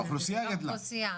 האוכלוסיה גדלה.